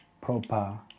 proper